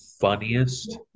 funniest